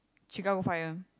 Chicago Fire